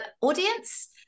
audience